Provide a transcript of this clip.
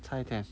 差一点